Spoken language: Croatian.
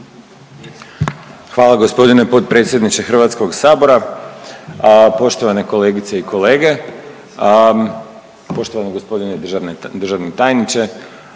Hvala poštovani potpredsjedniče Hrvatskog sabora, poštovane kolegice i kolege, poštovani državni tajniče